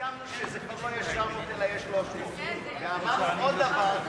הסכמנו שזה כבר לא יהיה 700 אלא יהיה 300. ואמרנו עוד דבר,